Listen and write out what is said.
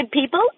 people